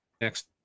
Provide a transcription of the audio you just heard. next